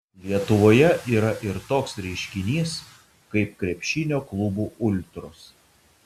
lietuvoje yra ir toks reiškinys kaip krepšinio klubų ultros